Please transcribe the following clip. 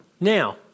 Now